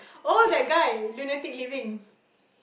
oh that guy lunatic living